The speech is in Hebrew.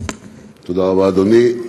תודה רבה, אדוני.